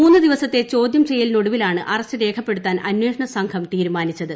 മൂന്നു ദിവസത്തെ ചോദൃം ചെയ്യലിനൊടുവിലാണ് അറസ്റ്റ് രേഖപ്പെടുത്താൻ അന്വേഷണ സംഘം തീരുമാനിച്ചത്